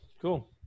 Cool